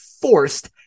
forced